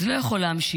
זה לא יכול להמשיך.